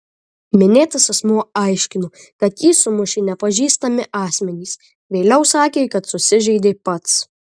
minėtas asmuo aiškino kad jį sumušė nepažįstami asmenys vėliau sakė kad susižeidė pats